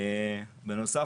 בנוסף,